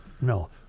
No